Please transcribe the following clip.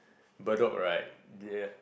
Bedok right they